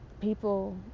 people